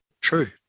true